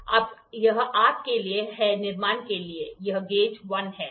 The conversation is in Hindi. तो अब यह 2354 है अब यह आपके लिए है निर्माण के लिए यह गेज 1 है